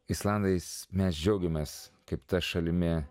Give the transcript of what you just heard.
islandais mes džiaugiamės kaip ta šalimi